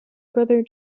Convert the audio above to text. brother